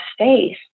space